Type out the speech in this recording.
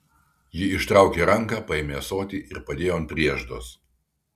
ji ištraukė ranką paėmė ąsotį ir padėjo ant prieždos